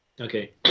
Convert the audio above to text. Okay